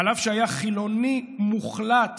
אף שהיה חילוני מוחלט